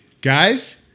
guys